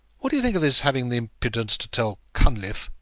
what do you think of his having the impudence to tell cunliffe,